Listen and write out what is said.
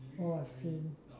oh I see